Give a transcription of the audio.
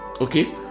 okay